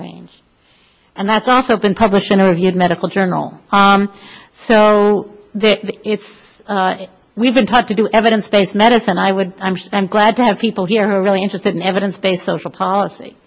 range and that's also been published interviewed medical journal so it's we've been taught to do evidence based medicine i would i'm just i'm glad to have people here who are really interested in evidence based social policy